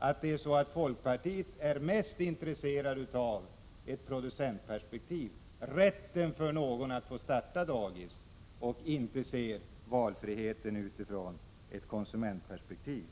Är det så att folkpartiet är mest intresserat av ett producentperspektiv — rätten för någon att få starta dagis — och inte ser valfriheten utifrån ett konsumentperspektiv?